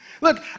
Look